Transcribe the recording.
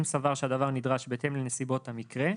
אם סבר שהדבר נדרש בהתאם לנסיבות המקרה,